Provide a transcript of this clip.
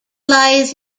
lies